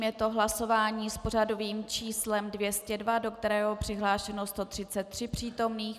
Je to hlasování s pořadovým číslem 202, do kterého je přihlášeno 133 přítomných.